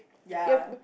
ya